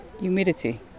humidity